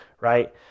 right